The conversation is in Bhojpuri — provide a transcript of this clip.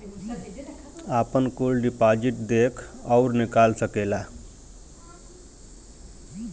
आपन कुल डिपाजिट देख अउर निकाल सकेला